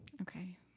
Okay